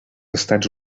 estats